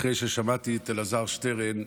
אחרי ששמעתי את אלעזר שטרן,